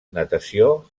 natació